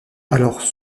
alors